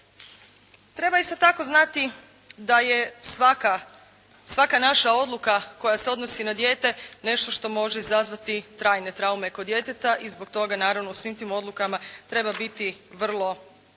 Treba isto tako znati da je svaka naša odluka koja se odnosi na dijete nešto što može izazvati trajne traume kod djeteta i zbog toga naravno u svim tim odlukama treba biti vrlo